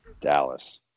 Dallas